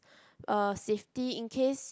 uh safety in case